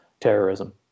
terrorism